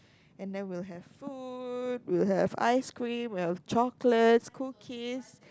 and then we'll have food we'll have ice cream we'll have chocolate cookies